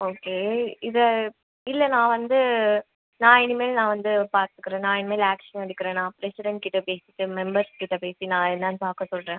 okay இதை இல்லை நான் வந்து நான் இனிமேல் நான் வந்து பார்த்துக்குறேன் நான் இனிமேல் ஆக்ஷன் எடுக்கிறேன் நான் ப்ரசிரண்ட் கிட்ட பேசிவிட்டு மெம்பர்ஸ் கிட்ட பேசி நான் என்னன்னு பார்க்க சொல்கிறேன்